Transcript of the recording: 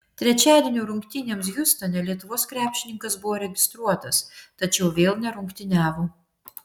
trečiadienio rungtynėms hjustone lietuvos krepšininkas buvo registruotas tačiau vėl nerungtyniavo